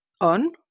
on